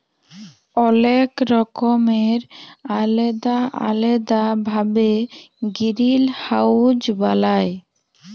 অলেক রকমের আলেদা আলেদা ভাবে গিরিলহাউজ বালায়